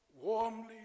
warmly